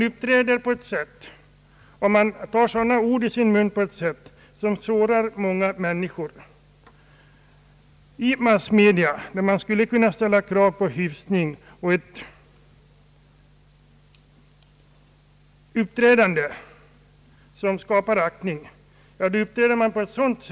Där används ord som sårar många människor. Av massmedia borde kunna krävas hyfs och ett uppträdande som skapar aktning för andliga värden.